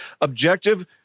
objective